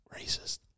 racist